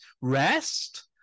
rest